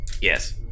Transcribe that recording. yes